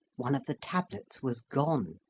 one of the tablets was gone.